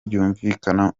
byumvikana